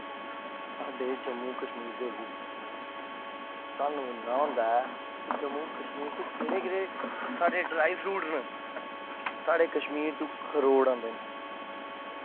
साढ़े जम्मू कशमीर दे बिच स्हानू इन्ना होंदा कि साढ़े जम्मू कशमीर च केह्ड़े केह्ड़े साढ़े ड्राई फ्रूट न साढ़े कशमीर तों खरोट आंदे